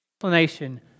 explanation